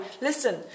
listen